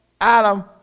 Adam